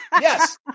Yes